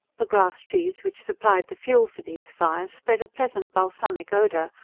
the grass-trees which supplied the fuel for these fires spread a pleasant balsamic odour,